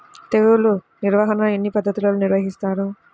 తెగులు నిర్వాహణ ఎన్ని పద్ధతుల్లో నిర్వహిస్తారు?